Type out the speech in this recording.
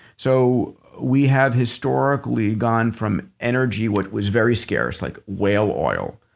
so we have historically gone from energy, what was very scarce, like whale oil.